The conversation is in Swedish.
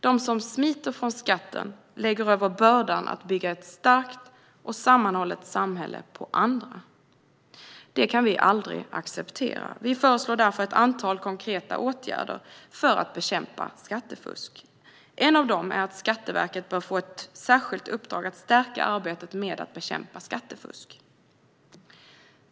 De som smiter från skatten lägger över bördan att bygga ett starkt och sammanhållet samhälle på andra. Detta kan vi aldrig acceptera. Vi föreslår därför ett antal konkreta åtgärder för att bekämpa skattefusk. En av dem är att Skatteverket bör få ett särskilt uppdrag att stärka arbetet med att bekämpa skattefusk.